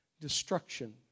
Destruction